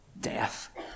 death